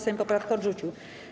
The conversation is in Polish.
Sejm poprawkę odrzucił.